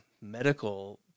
medical